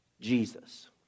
Jesus